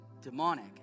demonic